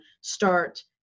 start